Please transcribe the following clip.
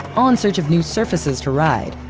all in search of new surfaces to ride.